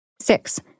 Six